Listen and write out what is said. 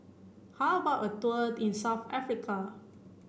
how about a tour in South Africa